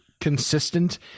consistent